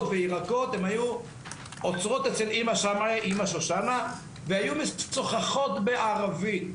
וירקות היו עוצרות אצל אמא שושנה ומשוחחות בערבית.